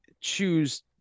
choose